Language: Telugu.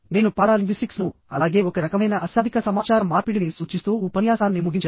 నేను పారాలింగ్విస్టిక్స్ను అలాగే ఒక రకమైన అశాబ్దిక సమాచార మార్పిడిని సూచిస్తూ ఉపన్యాసాన్ని ముగించాను